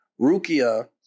Rukia